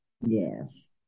Yes